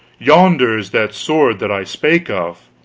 yonder is that sword that i spake of.